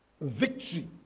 victory